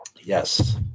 Yes